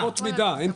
לא